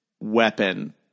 Weapon